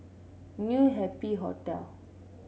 New Happy Hotel